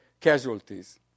casualties